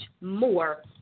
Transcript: more